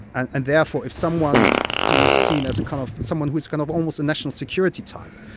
and and therefore, if someone who was seen as a kind of someone who was kind of almost a national security type.